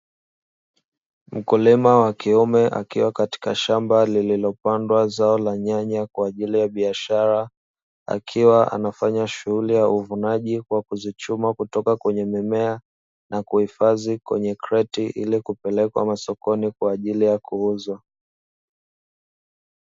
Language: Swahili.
Mkulima wa kiume akiwa katika shamba lililopandwa zao la nyanya kwa ajili ya biashara, akiwa anafanya shughuli ya uvunaji kwa kuzichuma kutoka kwenye mimea na kuhifadhi kwenye kreti ili kupelekwa masokoni kwa ajili ya kuuzwa.